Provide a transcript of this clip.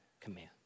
command